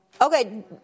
Okay